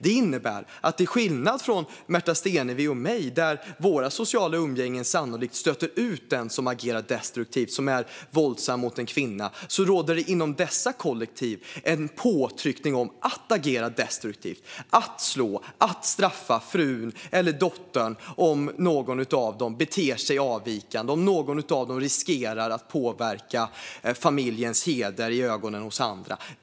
Det innebär att till skillnad från i Märta Stenevis respektive mitt sociala umgänge där man sannolikt stöter ut den som agerar destruktivt och är våldsam mot en kvinna råder det inom dessa kollektiv en påtryckning att agera destruktivt och slå och straffa fru eller dotter om någon av dem beter sig avvikande och riskerar att påverka familjens heder i andras ögon.